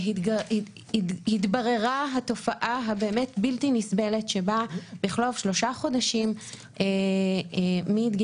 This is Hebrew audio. התבררה התופעה הבלתי נסבלת שבה בחלוף שלושה חודשים מדגימת